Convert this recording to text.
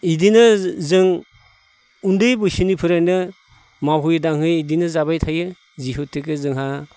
इदिनो जों उन्दै बैसोनिफ्रायनो मावहै दांहै इदिनो जाबाय थायो जिहेतुके जोंहा